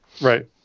right